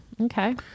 Okay